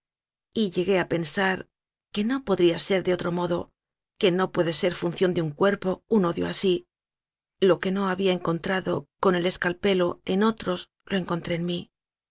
y llegué a pensar que no podría ser de otro modo que no puede ser función de un cuerpo un odio así lo que no había encontrado con el escalpelo en otros lo encontré en mí